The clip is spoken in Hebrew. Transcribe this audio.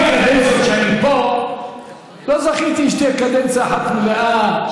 שבשבע-שמונה הקדנציות שאני פה לא זכיתי שתהיה קדנציה אחת מלאה,